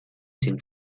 sind